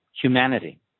humanity